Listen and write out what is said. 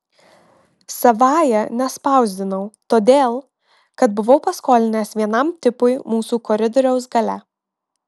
savąja nespausdinau todėl kad buvau paskolinęs vienam tipui mūsų koridoriaus gale